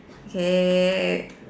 okay